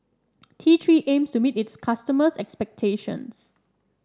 T Three aims to meet its customers' expectations